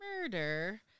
murder